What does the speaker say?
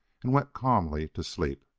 and went calmly to sleep.